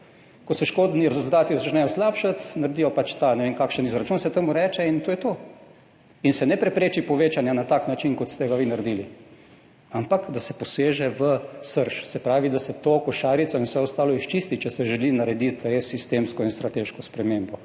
Ko se škodni rezultati začnejo slabšati, naredijo pač ta, ne vem, kakšen izračun se temu reče, in to je to. In se ne prepreči povečanja na tak način, kot ste ga vi naredili, ampak se poseže v srž, se pravi, da se to košarico in vse ostalo izčisti, če se želi narediti res sistemsko in strateško spremembo,